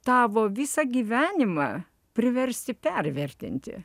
tavo visą gyvenimą priversi pervertinti